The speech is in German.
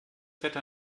wetter